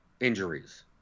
injuries